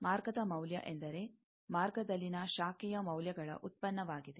ಮಾರ್ಗದ ಮೌಲ್ಯ ಎಂದರೆ ಮಾರ್ಗದಲ್ಲಿನ ಶಾಖೆಯ ಮೌಲ್ಯಗಳ ಉತ್ಪನ್ನವಾಗಿದೆ